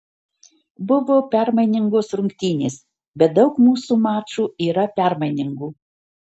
buvo permainingos rungtynės bet daug mūsų mačų yra permainingų